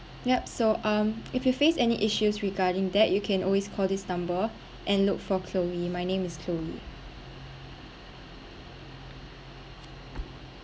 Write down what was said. yup so um if you face any issues regarding that you can always call this number and look for chloe my name is chloe